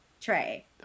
Trey